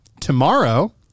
Tomorrow